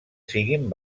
siguin